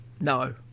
No